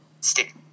stick